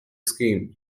scheme